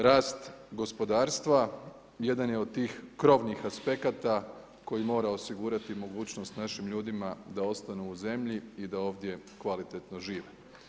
Rast gospodarstva, jedan je od tih krovnih aspekata, koji mora osigurati mogućnost našim ljudima da ostanu u zemlji i da ovdje kvalitetno žive.